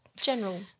General